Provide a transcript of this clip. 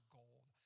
gold